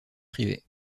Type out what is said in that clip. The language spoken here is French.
privée